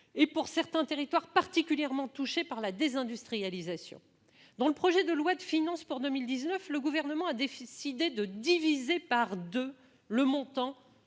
et pour les territoires particulièrement touchés par la désindustrialisation. Dans le projet de loi de finances pour 2019, le Gouvernement a décidé de diviser par deux le montant